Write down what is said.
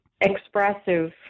expressive